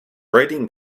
writing